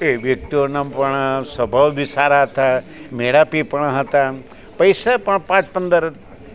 એ વ્યક્તિઓના પણ સ્વભાવ બી સારા હતા મેળાપી પણ હતા પૈસા પણ પાંચ પંદર